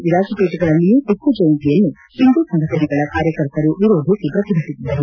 ವಿರಾಜಪೇಟೆಗಳಲ್ಲಿಯೂ ಟಪ್ನುಜಯಂತಿಯನ್ನು ಹಿಂದೂ ಸಂಘಟನೆಗಳ ಕಾರ್ಯಕರ್ತರು ವಿರೋಧಿಸಿ ಪ್ರತಿಭಟಿಸಿದರು